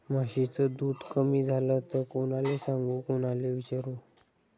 म्हशीचं दूध कमी झालं त कोनाले सांगू कोनाले विचारू?